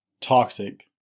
toxic